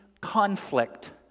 conflict